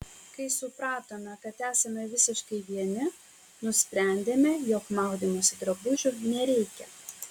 kai supratome kad esame visiškai vieni nusprendėme jog maudymosi drabužių nereikia